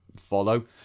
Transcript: follow